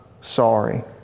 sorry